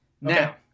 Now